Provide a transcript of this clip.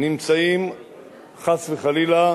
נמצא חס וחלילה